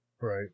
right